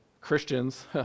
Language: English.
Christians